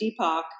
Deepak